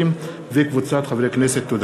הצעת חוק העונשין (תיקון,